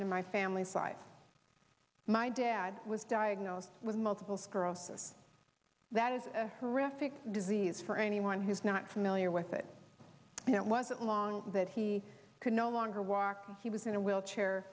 and in my family's life my dad was diagnosed with multiple sclerosis that is a horrific disease for anyone who's not familiar with it it wasn't long that he could no longer walk he was in a wheelchair